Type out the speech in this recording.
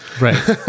Right